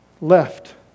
Left